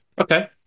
Okay